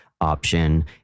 option